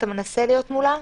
אתה מנסה להיות מולם?